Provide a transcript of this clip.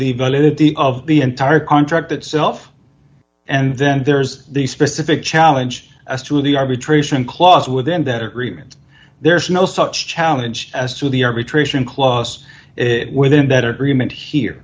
the validity of the entire contract itself and then there's the specific challenge as to the arbitration clause within that agreement there is no such challenge as to the arbitration clause within that agreement here